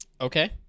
okay